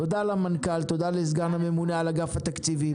תודה למנכ"ל, תודה לסגן הממונה על אגף התקציבים.